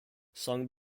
sung